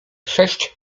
sześć